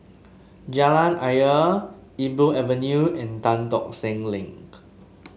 Jalan Ayer Iqbal Avenue and Tan Tock Seng Link